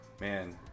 man